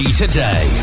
today